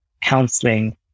counseling